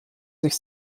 sich